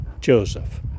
Joseph